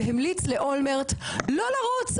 והמליץ לאולמרט לא לרוץ,